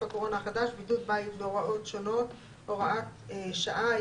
הקורונה החדש) (בידוד בית והוראות שונות) (הוראת שעה)),